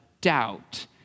doubt